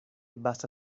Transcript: basa